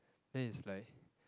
then it's like